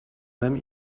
même